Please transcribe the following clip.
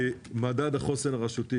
מדד החוסן הרשותי,